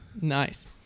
Nice